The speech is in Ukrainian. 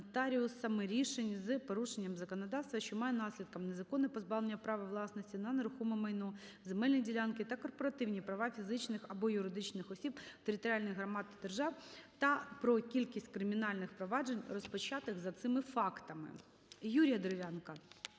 рішень з порушенням законодавства, що має наслідком незаконне позбавлення права власності на нерухоме майно, земельні ділянки та корпоративні права фізичних або юридичних осіб, територіальних громад та держави, та про кількість кримінальних проваджень, розпочатих за цими фактами. Юрія Дерев'янка